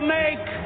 make